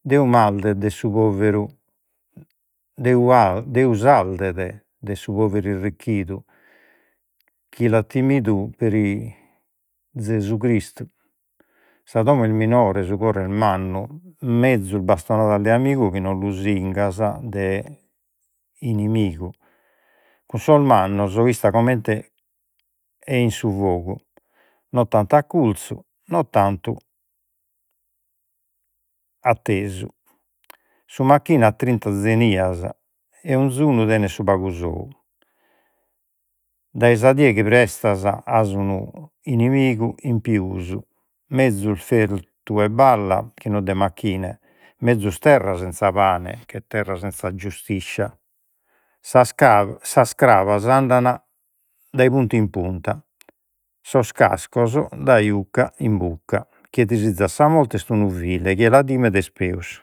Deus m'ardet de su poveru, Deus Deus ardet de su poveru irricchidu, chi l'at timidu Gesus Cristu. Sa domo est minore, su coro est mannu, mezus bastonadas de amigu chi non lusingas de inimigu. Cun sos mannos ista comente su fogu non tantu accurzu, non tantu attesu. Su macchine at trinta, e 'onzunu tenet su pagu sou. Dai sa die chi prestas, as unu inimigu in pius, mezus 'e balla, chi non de macchine, mezus terra senza pane, che terra senza giustiscia. Sas sas cabras andan dai punta in punta, sos cascos dai 'ucca in bucca, chie disizat sa morte est unu vile, chie la timet est peus